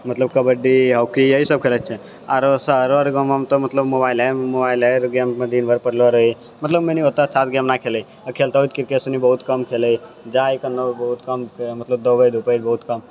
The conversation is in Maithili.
मतलब कबड्डी हॉकी यही सब खेलै छियै आरो शहरो गाँव आर मे तऽ मतलब मोबाइले मोबाइल गेम दिन भर पड़लो रही मतलब ओतऽ अच्छा से गेम ना खेलतो क्रिकेट सनी बहुत कम खेलै जाय कनो बहुत कम मतलब दौड़य धुपै बहुत कम